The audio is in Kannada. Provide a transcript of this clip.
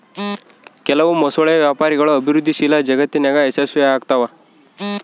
ಕೆಲವು ಮೊಸಳೆ ವ್ಯಾಪಾರಗಳು ಅಭಿವೃದ್ಧಿಶೀಲ ಜಗತ್ತಿನಾಗ ಯಶಸ್ವಿಯಾಗ್ತವ